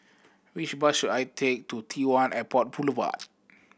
which bus should I take to T One Airport Boulevard